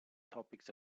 topics